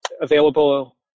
available